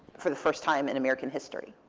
for the first time in american history,